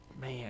man